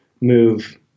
move